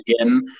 again